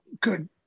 good